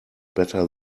better